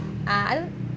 ah